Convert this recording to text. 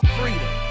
freedom